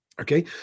Okay